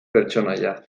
pertsonaian